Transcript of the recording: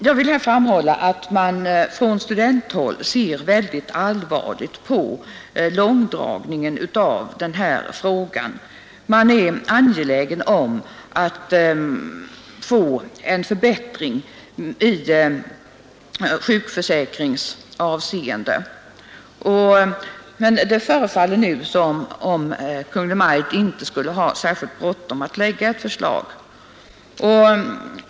Jag vill framhålla att man från studenthåll ser synnerligen allvarligt på långdragningen av den här frågan. Man är angelägen om att få en förbättring i sjukförsäkringsavseende, men det förefaller nu som om Kungl. Maj:t inte skulle ha särskilt bråttom att framlägga ett förslag.